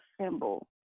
symbol